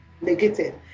negated